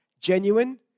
genuine